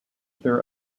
there